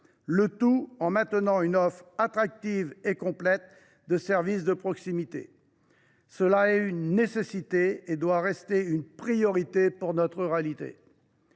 le tout en maintenant une offre attractive et complète de services de proximité. Cet objectif est une nécessité ; il doit rester une priorité pour notre ruralité.